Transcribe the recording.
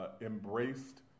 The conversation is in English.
embraced